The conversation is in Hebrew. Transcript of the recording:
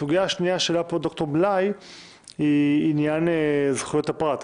סוגיה שהעלה ד"ר בליי בעניין זכויות הפרט.